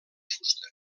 fusta